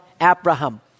Abraham